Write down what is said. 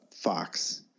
fox